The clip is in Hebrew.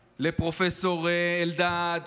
לפרופ' אלדד,